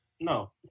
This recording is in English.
no